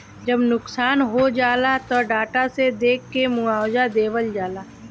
जब नुकसान हो जाला त डाटा से देख के मुआवजा देवल जाला